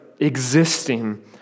Existing